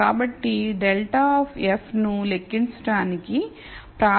కాబట్టి ∇of f ను లెక్కించడానికి ప్రాథమికంగా ∂f ∂x1 ∂f ∂x2